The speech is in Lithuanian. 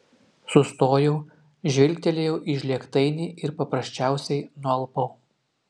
sustojau žvilgtelėjau į žlėgtainį ir paprasčiausiai nualpau